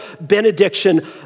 benediction